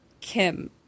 Kim